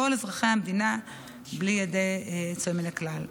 כל אזרחי המדינה בלי יוצא מן הכלל.